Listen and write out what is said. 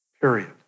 Period